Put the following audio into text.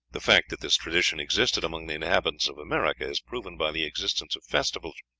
the fact that this tradition existed among the inhabitants of america is proven by the existence of festivals,